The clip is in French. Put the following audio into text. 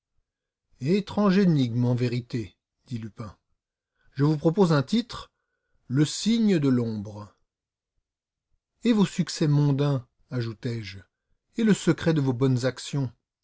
tableaux étrange énigme en vérité dit lupin je vous propose un titre le signe de l'ombre et vos succès mondains ajoutai-je les intrigues du galant arsène et le secret de vos bonnes actions